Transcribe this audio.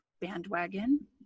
bandwagon